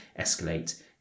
escalate